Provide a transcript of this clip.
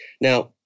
Now